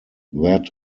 that